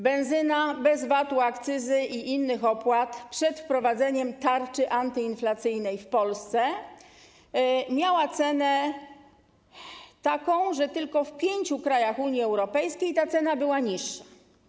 Benzyna bez VAT-u, akcyzy i innych opłat przed wprowadzeniem tarczy antyinflacyjnej w Polsce miała taką cenę, że tylko w pięciu krajach Unii Europejskiej ta cena była niższa.